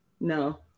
No